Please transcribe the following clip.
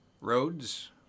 Roads